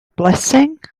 blessing